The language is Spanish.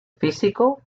físico